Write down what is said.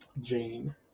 Jane